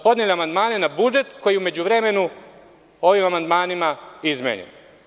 Podneli smo amandmane na budžet koji je u međuvremenu ovim amandmanima izmenjen.